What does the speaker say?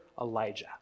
Elijah